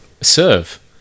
Serve